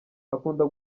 akunda